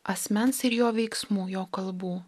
asmens ir jo veiksmų jo kalbų